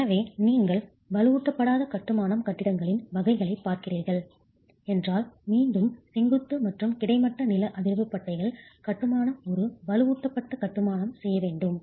எனவே நீங்கள் வலுவூட்டப்படாத கட்டுமானம் கட்டிடங்களின் வகைகளைப் பார்க்கிறீர்கள் என்றால் மீண்டும் செங்குத்து மற்றும் கிடைமட்ட நில அதிர்வு பட்டைகள் கட்டுமானம் ஒரு வலுவூட்டப்பட்ட கட்டுமானம் செய்ய வேண்டாம்